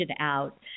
out